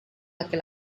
laki